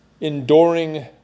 Enduring